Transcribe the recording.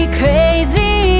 crazy